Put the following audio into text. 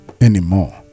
anymore